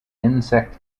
insect